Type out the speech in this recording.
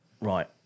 right